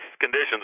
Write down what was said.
conditions